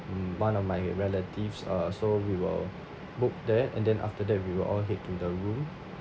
mm one of my relatives uh so we will book there and then after that we will all head to the room